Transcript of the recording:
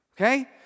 okay